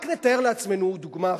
רק נתאר לעצמנו דוגמה אחרת: